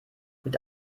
mit